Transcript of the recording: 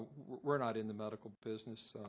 we're not in the medical business.